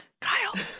Kyle